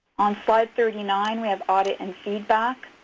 on slide thirty nine, we have audit and feedback,